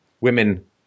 women